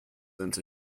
into